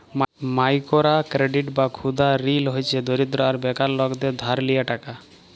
micro credit বা ক্ষুদা ঋল হছে দরিদ্র আর বেকার লকদের ধার লিয়া টাকা